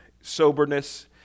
soberness